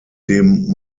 dem